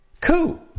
coup